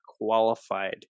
qualified